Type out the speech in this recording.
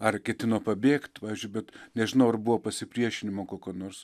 ar ketino pabėgt pavyzdžiui bet nežinau ar buvo pasipriešinimo kokio nors